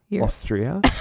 Austria